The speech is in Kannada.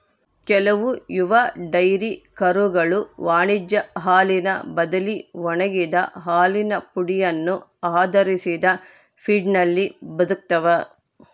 ಕೆಲವು ಯುವ ಡೈರಿ ಕರುಗಳು ವಾಣಿಜ್ಯ ಹಾಲಿನ ಬದಲಿ ಒಣಗಿದ ಹಾಲಿನ ಪುಡಿಯನ್ನು ಆಧರಿಸಿದ ಫೀಡ್ನಲ್ಲಿ ಬದುಕ್ತವ